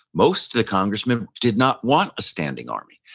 most of the congressmen did not want a standing army.